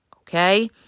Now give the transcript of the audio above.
Okay